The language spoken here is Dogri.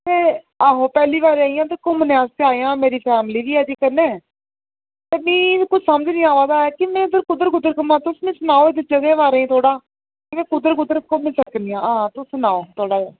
ते आहो पैह्ली बारी आई आं ते घुम्मने आस्तै आई आं मेरी फैमली बी आई दी ऐ कन्नै ते मिगी कुछ समझ नेईं आवा दा के में कुद्धर कुद्धर घुम्मां तुस मिगी सनाओ जगह् दे बारै थोह्ड़ा के मीं कुद्धर कुद्धर घुम्मी सकनियां तुस सनाओ